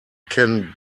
can